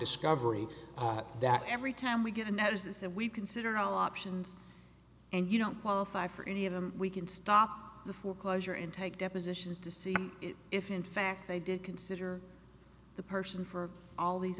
discovery that every time we get a notice that we consider all options and you don't qualify for any of them we can stop the foreclosure intake depositions to see if in fact they did consider the person for all these